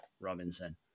Robinson